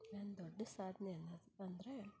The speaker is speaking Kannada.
ನನ್ನ ದೊಡ್ಡ ಸಾಧನೆ ಅಂದು ಅಂದರೆ